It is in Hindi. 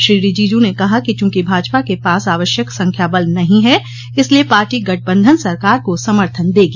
श्री रिजीजू ने कहा कि चूंकि भाजपा के पास आवश्यक संख्या बल नहीं है इसलिए पार्टी गठबंधन सरकार को समर्थन देगी